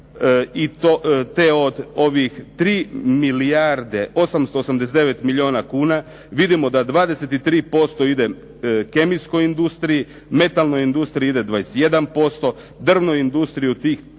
to od ovih 3 milijarde 889 milijuna kuna, vidimo da 23% ide kemijskoj industriji, metalnoj industriji ide 21%, drvnoj industriji u tih gotovo